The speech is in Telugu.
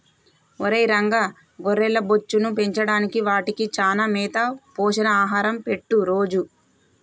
ఒరై రంగ గొర్రెల బొచ్చును పెంచడానికి వాటికి చానా మేత పోషక ఆహారం పెట్టు రోజూ